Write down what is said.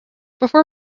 before